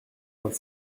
vingt